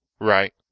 Right